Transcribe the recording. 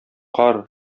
кар